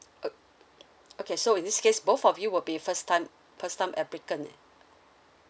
okay so in this case both of you will be first time first time applicant